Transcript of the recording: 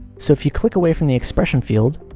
so if you click away from the expression field,